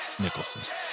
Nicholson